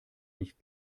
nicht